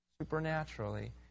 supernaturally